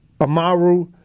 Amaru